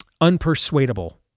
unpersuadable